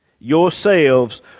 yourselves